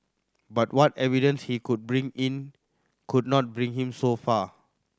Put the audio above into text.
but what evidence he could bring in could not bring him so far